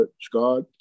Scott